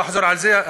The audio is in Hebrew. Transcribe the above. לא אחזור על זה.